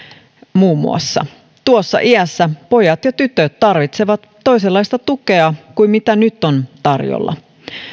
muun muassa tuossa iässä pojat ja tytöt tarvitsevat toisenlaista tukea kuin mitä nyt on tarjolla